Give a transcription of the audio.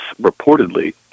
reportedly